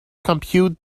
computed